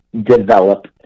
develop